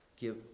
give